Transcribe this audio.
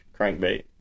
crankbait